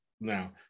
now